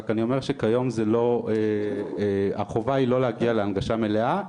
רק אני אומר שכיום החובה היא לא להגיע להנגשה מלאה,